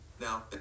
now